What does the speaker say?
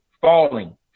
falling